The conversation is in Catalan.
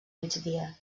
migdia